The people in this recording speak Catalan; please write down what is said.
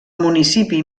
municipi